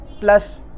plus